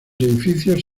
edificios